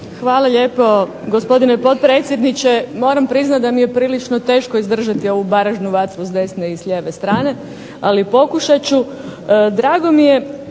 Hvala lijepo. Gospodine potpredsjedniče, moram priznati da mi je prilično teško izdržati ovu baražnu vatru iz desne i s lijeve strane ali pokušat ću. Drago mi je